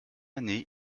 année